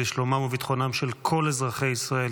לשלומם ולביטחונם של כל אזרחי ישראל,